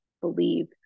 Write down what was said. believe